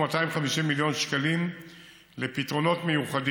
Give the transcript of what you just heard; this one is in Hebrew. הוא משמש עשרות אלפי אנשים שגרים בסביבה לבוא,